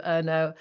Erno